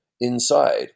inside